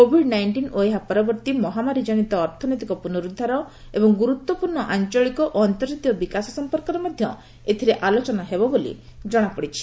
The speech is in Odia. କୋଭିଡ୍ ନାଇଷ୍ଟିନ୍ ଓ ଏହା ପରବର୍ତ୍ତୀ ମହାମାରୀଜନିତ ଅର୍ଥନୈତିକ ପୁନରୁଦ୍ଧାର ଏବଂ ଗୁରୁତ୍ୱପୂର୍ଣ୍ଣ ଆଞ୍ଚଳିକ ଓ ଅନ୍ତର୍ଜାତୀୟ ବିକାଶ ସମ୍ପର୍କରେ ମଧ୍ୟ ଏଥିରେ ଆଲୋଚନା ହେବ ବୋଲି ଜଣାପଡ଼ି ଛି